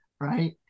right